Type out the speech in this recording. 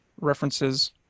references